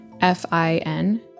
F-I-N